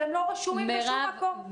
והם לא רשומים בשום מקום.